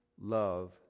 love